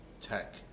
tech